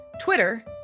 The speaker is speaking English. Twitter